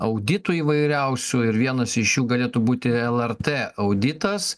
auditų įvairiausių ir vienas iš jų galėtų būti lrt auditas